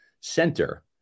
center